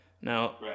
Now